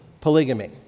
polygamy